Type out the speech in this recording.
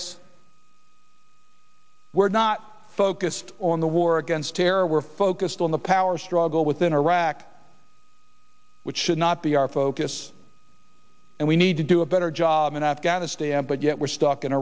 petraeus we're not focused on the war against terror we're focused on the power struggle within iraq which should not be our focus and we need to do a better job in afghanistan but yet we're stuck in